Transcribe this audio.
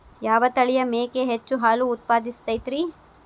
ಯಾವ ತಳಿಯ ಮೇಕೆ ಹೆಚ್ಚು ಹಾಲು ಉತ್ಪಾದಿಸತೈತ್ರಿ?